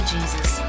Jesus